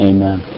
Amen